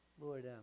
Lord